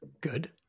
Good